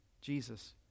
Jesus